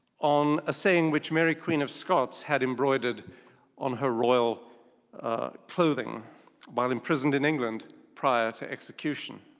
on a saying which mary, queen of scots had embroidered on her royal clothing while imprisoned in england prior to execution.